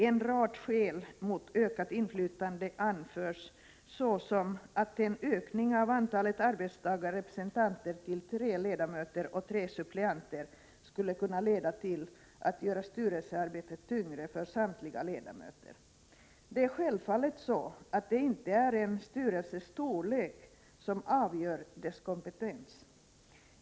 En rad skäl mot ökat inflytande anförs, såsom att en ökning av antalet arbetstagarrepresentanter till tre ledamöter och tre suppleanter skulle kunna leda till att göra styrelsearbetet tyngre för samtliga ledamöter. Det är självfallet så, att det inte är en styrelses storlek som avgör dess kompetens.